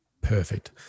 Perfect